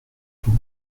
vous